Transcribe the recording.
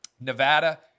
Nevada